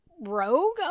rogue